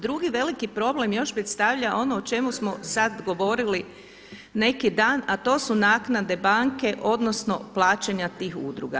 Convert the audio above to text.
Drugi veliki problem još predstavlja ono o čemu smo sada govorili neki dan, a to su naknade banke odnosno plaćanje tih udruga.